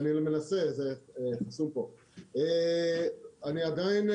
אני עדיין,